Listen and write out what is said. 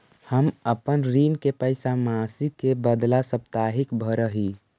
हम अपन ऋण के पैसा मासिक के बदला साप्ताहिक भरअ ही